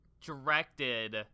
directed